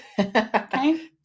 okay